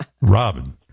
Robin